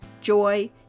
Joy